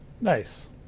Nice